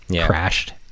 crashed